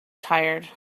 tired